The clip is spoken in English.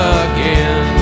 again